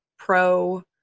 pro